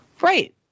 Right